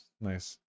Nice